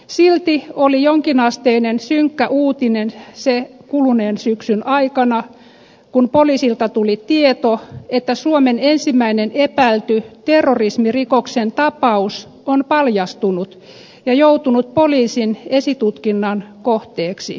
silti oli jonkinasteinen synkkä uutinen kuluneen syksyn aikana kun poliisilta tuli tieto että suomen ensimmäinen epäilty terrorismirikoksen tapaus on paljastunut ja joutunut poliisin esitutkinnan kohteeksi